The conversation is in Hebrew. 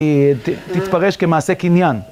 ותתפרש כמעשה קניין